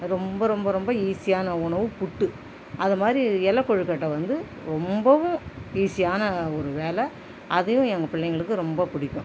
ரொம்ப ரொம்ப ரொம்ப ஈஸியான உணவு புட்டு அதமாதிரி இலக்கொழுக்கட்ட வந்து ரொம்பவும் ஈஸியான ஒரு வேலை அதையும் எங்கள் பிள்ளைங்களுக்கு ரொம்ப பிடிக்கும்